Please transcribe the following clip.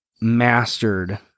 mastered